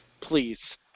Please